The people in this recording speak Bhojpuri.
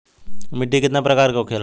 मिट्टी कितने प्रकार के होखेला?